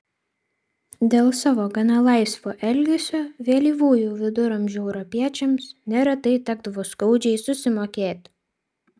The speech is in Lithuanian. dėl savo gana laisvo elgesio vėlyvųjų viduramžių europiečiams neretai tekdavo skaudžiai susimokėti